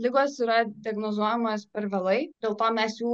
ligos yra diagnozuojamos per vėlai dėl to mes jų